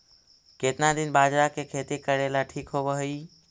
केतना दिन बाजरा के खेती करेला ठिक होवहइ?